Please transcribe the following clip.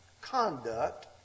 conduct